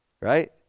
right